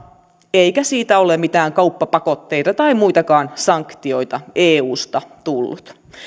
eikä siitä ole mitään kauppapakotteita tai muitakaan sanktioita eusta tullut